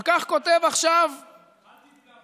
אל תפגע בו.